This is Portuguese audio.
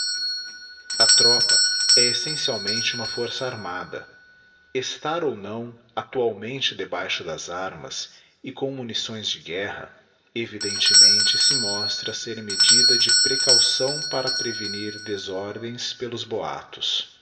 a tropa é essencialmente uma força armada estar ou não actualmente debaixo das armas e com munições de guerra evidenteinente se mostra ser medida de precaução para prevenir desordens pelos boatos